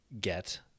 get